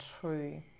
true